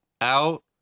out